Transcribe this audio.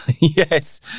Yes